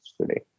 today